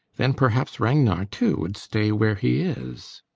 then perhaps ragnar too would stay where he is.